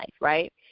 right